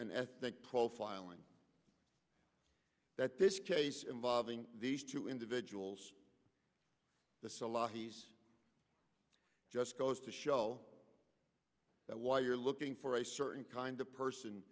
and ethnic profiling that this case involving these two individuals the salafis just goes to show that while you're looking for a certain kind of person